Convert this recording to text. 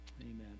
amen